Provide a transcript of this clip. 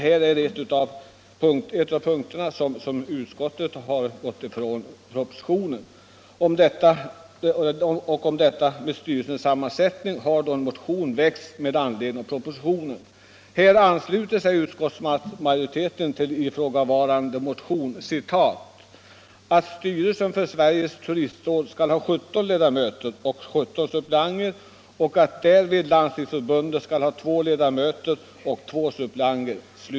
Här är en av de punkter där näringsutskottet har gått ifrån propositionen. Om styrelsens sammansättning har nämligen en motion — nr 1979 — väckts med anledning av propositionen, och utskottsmajoriteten ansluter sig till ifrågavarande motion, där det yrkas ”att styrelsen för Sveriges turistråd skall ha 17 ledamöter och 17 suppleanter och att därvid Landstingsförbundet skall ha två ledamöter och två suppleanter”.